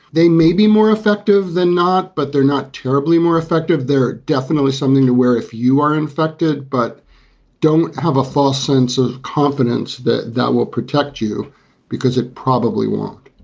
they may be more effective than not, but they're not terribly more effective. they're definitely something to wear if you are infected, but don't have a false sense of confidence that that will protect you because it probably won't,